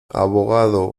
abogado